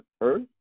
earth